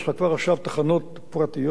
יש לך כבר עכשיו תחנות פרטיות,